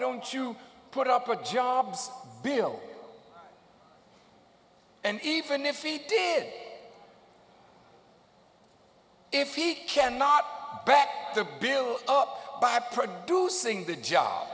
don't you put up a jobs bill and even if he did if he cannot back the bill up by producing the job